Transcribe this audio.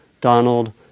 Donald